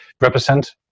represent